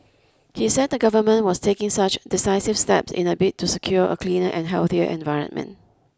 he said the government was taking such decisive steps in a bid to secure a cleaner and healthier environment